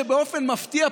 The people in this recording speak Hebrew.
באופן מפתיע,